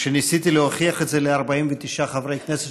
כשניסיתי להוכיח את זה ל-49 חברי כנסת